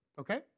okay